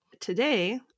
Today